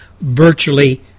virtually